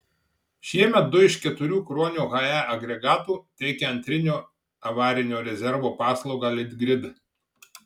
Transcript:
šiemet du iš keturių kruonio hae agregatų teikia antrinio avarinio rezervo paslaugą litgrid